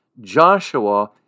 Joshua